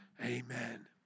Amen